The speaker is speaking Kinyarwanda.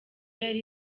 yari